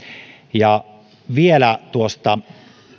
ja vielä noista